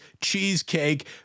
cheesecake